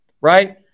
Right